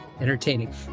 Entertaining